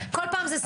כל פעם זה סיפור אחר,